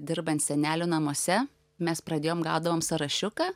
dirbant senelių namuose mes pradėjom gaudavome sąrašiuką